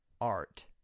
art